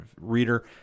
reader